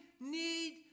need